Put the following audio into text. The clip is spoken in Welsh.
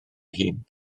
hun